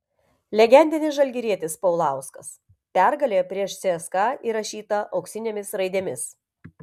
legendinis žalgirietis paulauskas pergalė prieš cska įrašyta auksinėmis raidėmis